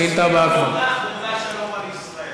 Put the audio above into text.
ושלום על ישראל.